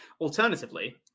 Alternatively